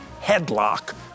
headlock